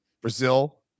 Brazil